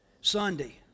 Sunday